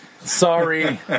Sorry